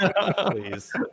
Please